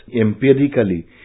empirically